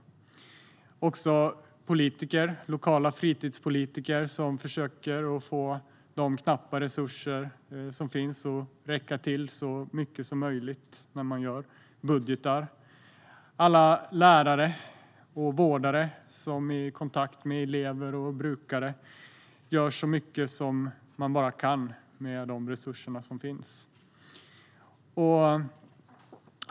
Det gäller alla politiker, lokala fritidspolitiker, som försöker få de knappa resurser som finns att räcka till så mycket som möjligt när de gör budgetar. Det gäller alla lärare och vårdare, som i kontakten med elever och brukare gör så mycket de bara kan med de resurser som finns.